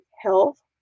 health